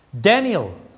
Daniel